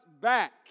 back